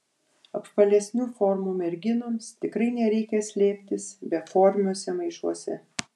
apvalesnių formų merginoms tikrai nereikia slėptis beformiuose maišuose